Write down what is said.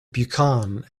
buchan